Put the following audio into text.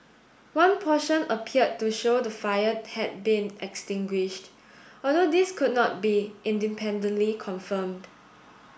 one portion appeared to show the fire had been extinguished although this could not be independently confirmed